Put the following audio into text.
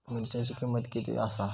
मिरच्यांची किंमत किती आसा?